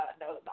no